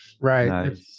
right